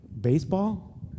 Baseball